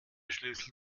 schlüssel